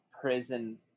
prison